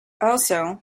also